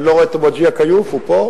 אני לא רואה את וג'יה כיוף, הוא פה?